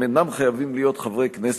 הם אינם חייבים להיות חברי הכנסת,